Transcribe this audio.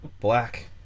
black